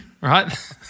right